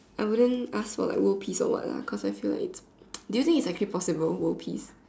I wouldn't ask for like world peace or what lah cause I feel like it's do you think it's actually possible world peace